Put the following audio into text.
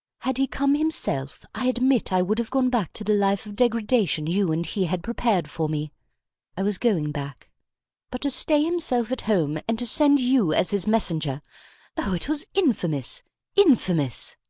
had he come himself, i admit i would have gone back to the life of degradation you and he had prepared for me i was going back but to stay himself at home, and to send you as his messenger oh! it was infamous infamous.